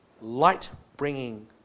light-bringing